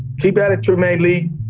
keep at it, trymaine lee.